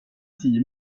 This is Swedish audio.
tio